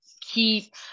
keep